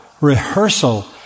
rehearsal